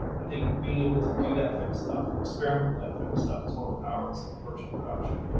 i think being able to do that type of stuff and experiment with that type of stuff is one of the powers of virtual production,